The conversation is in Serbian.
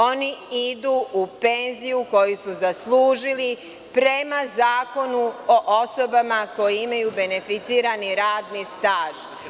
Oni idu u penziju koju su zaslužili prema zakonu o osobama koje imaju beneficirani radni staž.